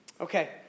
Okay